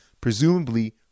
presumably